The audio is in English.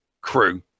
crew